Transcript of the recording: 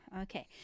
Okay